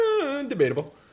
Debatable